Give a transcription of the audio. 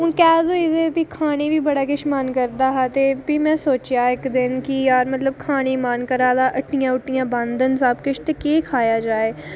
हून कैद होई गेदे हे ते खानै गी बी बड़ा किश मन करदा हा ते भी में सोचेआ इक्क दिन कि खानै गी मन करा दा ते हट्टियां सबकिश बंद न ते केह् खाया जाए